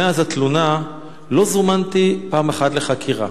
מאז התלונה לא זומנתי פעם אחת לחקירה.